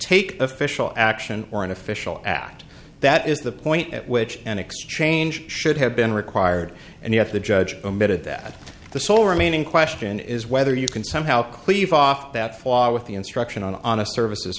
take official action or an official act that is the point at which an exchange should have been required and yet the judge omitted that the sole remaining question is whether you can somehow cleave off that flaw with the instruction on a services